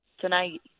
tonight